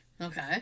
Okay